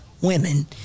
women